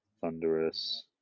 Thunderous